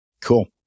Cool